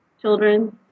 children